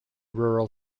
rural